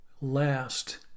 last